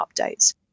updates